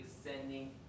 sending